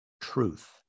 truth